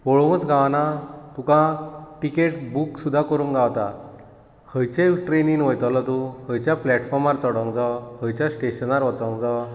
पळोवंकच गावना तुकां तिकेट बूक सुद्दां करूंक गांवता खंयचे ट्रेनीन वयतलों तूं खंयच्या प्लेटफॉर्मार चडूंक जावो खंयच्या स्टेशनार वचूंक जावो